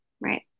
Right